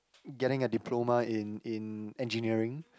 getting a diploma in in engineering